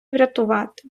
врятувати